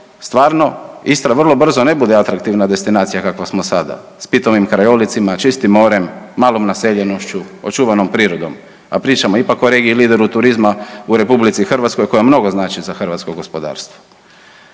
stvarno, Istra vrlo brzo ne bude atraktivna destinacija kakva smo sada, s pitomim krajolicima, čistim morem, malom naseljenošću, očuvanom prirodom, a pričamo ipak o regiji lideru turizma u RH, koja mnogo znači za hrvatsko gospodarstvo.